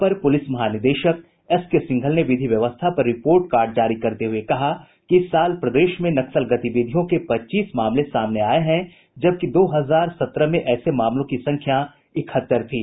अपर पुलिस महानिदेशक एसके सिंघल ने विधि व्यवस्था पर रिपोर्ट कार्ड जारी करते हुए कहा कि इस साल प्रदेश में नक्सल गतिविधियों के पच्चीस मामले सामने आये हैं जबकि दो हजार सत्रह में ऐसे मामलों की संख्या इकहत्तर थी